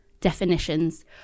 definitions